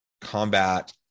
combat